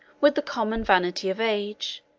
with the common vanity of age,